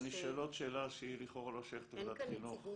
אז אני אשאל עוד שאלה שהיא לכאורה לא שייכת לוועדת חינוך,